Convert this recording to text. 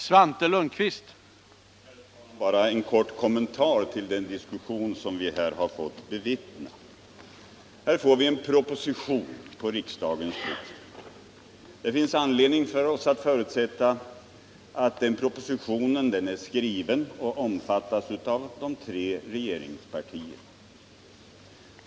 Herr talman! Bara en kort kommentar till den diskussion som vi här har fått lyssna till. Det läggs en proposition på riksdagens bord. Det finns anledning att förutsätta att propositionen omfattas av de tre regeringspartierna.